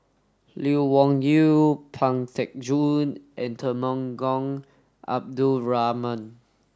Lee Wung Yew Pang Teck Joon and Temenggong Abdul Rahman